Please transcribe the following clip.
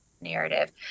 narrative